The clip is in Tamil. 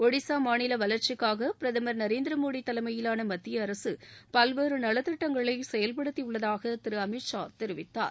ஒடிசா மாநில வளர்ச்சிக்காக பிரதமர் திரு நரேந்திரமோடி தலைமையிலான மத்திய அரசு பல்வேறு நலத்திட்டங்களை செயல்படுத்தி உள்ளதாக திரு அமித் ஷா தெரிவித்தார்